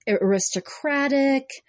aristocratic